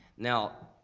now,